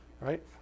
Right